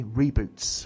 reboots